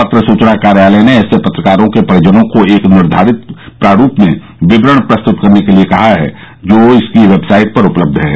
पत्र सूचना कार्यालय ने ऐसे पत्रकारों के परिजनों को एक निर्घारित प्रारूप में विवरण प्रस्तुत करने के लिए कहा है जो इसकी वेबसाइट पर उपलब्ध है